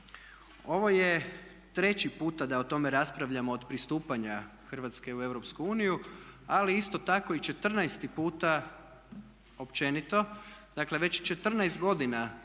Ovo je treći puta da o tome raspravljamo od pristupanja Hrvatske u EU ali isto tako i 14. puta općenito. Dakle, već 14 godina teče